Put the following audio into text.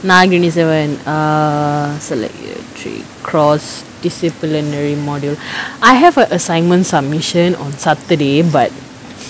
naagini seven err select the three cross disciplinary module I have a assignment submission on saturday but